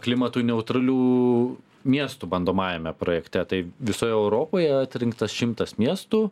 klimatui neutralių miestų bandomajame projekte tai visoj europoje atrinktas šimtas miestų